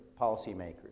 policymakers